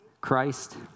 Christ